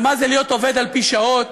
או מה זה להיות עובד על-פי שעות.